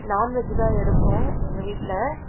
நாண் veggie தான் எடுப்போம் எங்கள் வீட்டில்